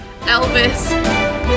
Elvis